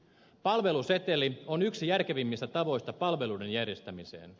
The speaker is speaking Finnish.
palveluseteli on yksi järkevimmistä tavoista palveluiden järjestämiseen